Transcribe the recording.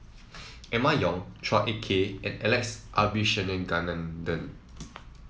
Emma Yong Chua Ek Kay and Alex Abisheganaden